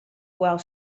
while